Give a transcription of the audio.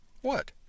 What